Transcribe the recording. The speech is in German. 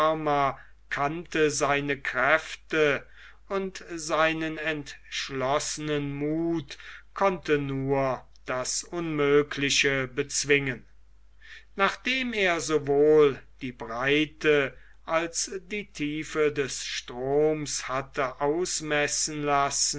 kannte seine kräfte und seinen entschlossenen muth konnte nur das unmögliche bezwingen nachdem er sowohl die breite als die tiefe des stroms hatte ausmessen lassen